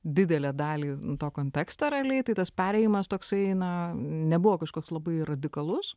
didelę dalį to konteksto realiai tai tas perėjimas toksai na nebuvo kažkoks labai radikalus